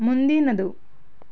ಮುಂದಿನದು